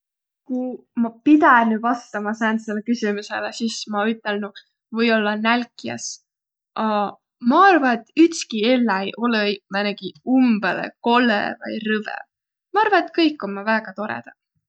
Ku ma pidänüq vastama sääntsele küsümüsele, sis ma ütelnüq või-ollaq nälkjäs. A ma arva, et ütski elläi olõ-õi määnegi umbõlõ kollõ vai rõve. Ma arva, et kõik ommaq väega torõdaq.